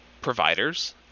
providers